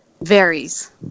Varies